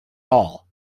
hall